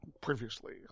Previously